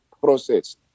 process